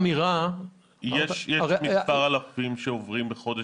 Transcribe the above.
יש מספר אלפים שעוברים בחודש,